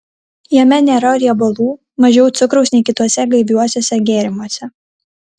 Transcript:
jame nėra riebalų mažiau cukraus nei kituose gaiviuosiuose gėrimuose